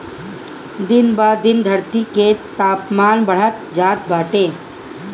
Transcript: दिन ब दिन धरती के तापमान बढ़त जात बाटे